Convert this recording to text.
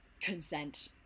consent